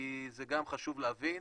חשוב להבין,